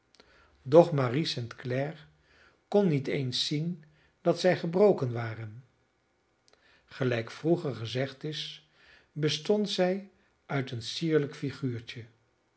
marie st clare kon niet eens zien dat zij gebroken waren gelijk vroeger gezegd is bestond zij uit een sierlijk figuurtje